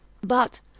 But